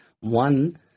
one